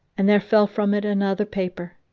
and there fell from it an other paper.